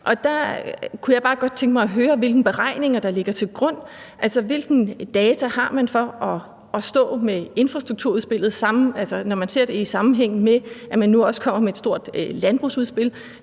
Der kunne jeg bare godt tænke mig at høre, hvilke beregninger der ligger til grund, altså hvilke data man har for infrastrukturudspillet, når man ser det i sammenhæng med, at man nu også kommer med et stort landbrugsudspil.